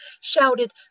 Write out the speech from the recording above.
shouted